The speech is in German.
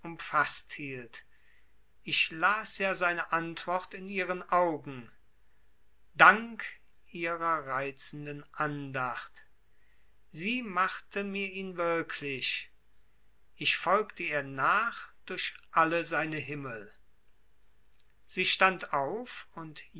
hielt ich las ja seine antwort in ihren augen dank ihrer reizenden andacht sie machte mir ihn wirklich ich folgte ihr nach durch alle seine himmel sie stand auf und